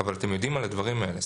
אבל אתם יודעים על הדברים האלה.